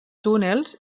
túnels